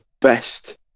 best